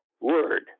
word